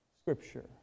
Scripture